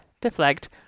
deflect